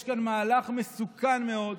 יש כאן מהלך מסוכן מאוד,